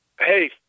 Hey